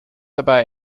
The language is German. dabei